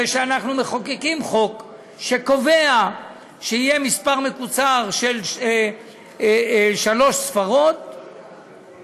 שאנחנו מחוקקים חוק שקובע שיהיה מספר מקוצר של שלוש ספרות,